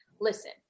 Listen